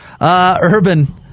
Urban